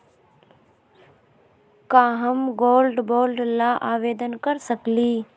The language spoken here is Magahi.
का हम गोल्ड बॉन्ड ल आवेदन कर सकली?